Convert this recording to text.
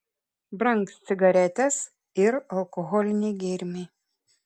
brangs cigaretės ir alkoholiniai gėrimai